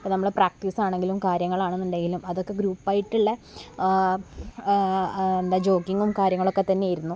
ഇപ്പോൾ നമ്മൾ പ്രാക്റ്റീസ് ആണെങ്കിലും കാര്യങ്ങളാണെന്നുണ്ടെങ്കിലും അതൊക്കെ ഗ്രൂപ്പായിട്ടുള്ളത് എന്താണ് ജോക്കിങ്ങും കാര്യങ്ങളുമൊക്കെ തന്നായിരുന്നു